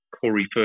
Corey